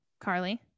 Carly